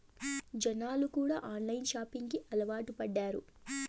జనాలు కూడా online shopping కి అలవాటు పడ్డారు